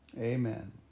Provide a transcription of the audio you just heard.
Amen